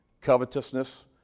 Covetousness